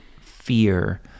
fear